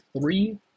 three